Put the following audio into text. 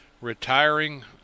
retiring